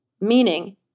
Meaning